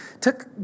took